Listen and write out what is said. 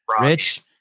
Rich